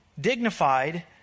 dignified